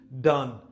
done